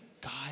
God